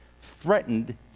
threatened